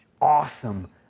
awesome